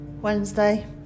Wednesday